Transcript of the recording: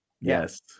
Yes